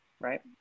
right